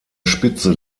spitze